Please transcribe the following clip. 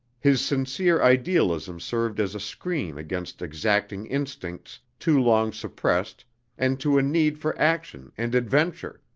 his sincere idealism served as a screen against exacting instincts too long suppressed and to a need for action and adventure,